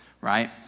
right